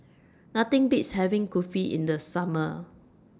Nothing Beats having Kulfi in The Summer